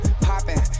popping